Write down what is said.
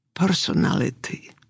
personality